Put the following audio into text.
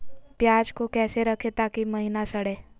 प्याज को कैसे रखे ताकि महिना सड़े?